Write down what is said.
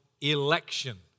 election